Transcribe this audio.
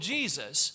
Jesus